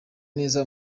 neza